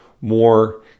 more